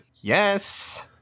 Yes